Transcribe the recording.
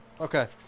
Okay